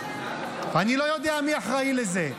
אני לא יודע מי אחראי לזה.